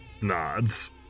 nods